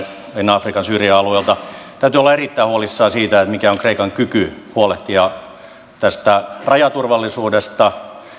afrikan syrjäalueilta täytyy olla erittäin huolissaan siitä mikä on kreikan kyky huolehtia tästä rajaturvallisuudesta